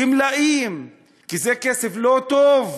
גמלאים, כי זה כסף לא טוב,